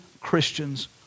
Christian's